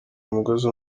umugozi